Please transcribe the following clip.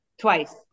twice